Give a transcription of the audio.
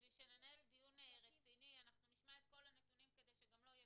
בשביל שננהל דיון רציני אנחנו נשמע את כל הנתונים כדי שלא יהיה